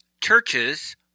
churches